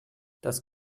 das